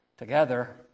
Together